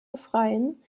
befreien